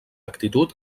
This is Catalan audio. actitud